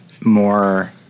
more